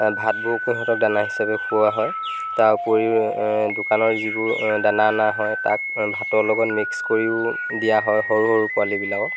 ভাতবোৰকো সিহঁতক দানা হিচাপে খুওৱা হয় তাৰ উপৰিও দোকানৰ যিবোৰ দানা অনা হয় তাক ভাতৰ লগত মিক্স কৰিও দিয়া হয় সৰু সৰু পোৱালীবিলাকক